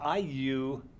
IU